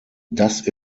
das